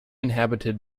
inhabited